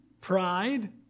pride